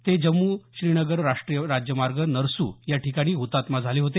ते जम्मू श्रीनगर राष्ट्रीय राज्यमार्ग नरसू या ठिकाणी हतात्मा झाले होते